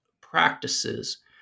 practices